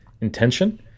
intention